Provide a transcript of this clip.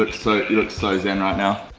but so you look so zen right now.